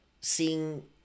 seeing